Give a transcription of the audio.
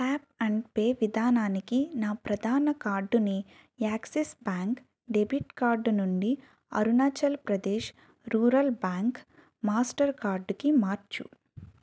tap and pay విధానానికి నా ప్రధాన కార్డుని యాక్సిస్ బ్యాంక్ డెబిట్ కార్డు నుండి Arunachal Pradesh rural bank master కార్డుకి మార్చు